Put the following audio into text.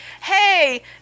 hey